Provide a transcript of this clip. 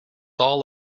all